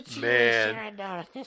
Man